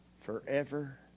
forever